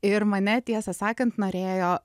ir mane tiesą sakant norėjo